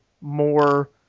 more